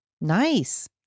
Nice